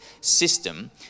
system